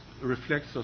reflects